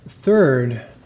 Third